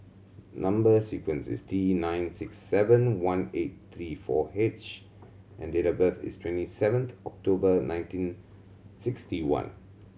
number sequence is T nine six seven one eight three four H and date of birth is twenty seventh October nineteen sixty one